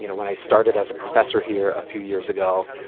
you know when i started as a professor here a few years ago,